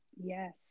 Yes